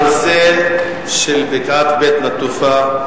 הנושא של בקעת בית-נטופה,